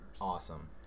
Awesome